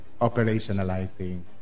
operationalizing